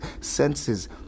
senses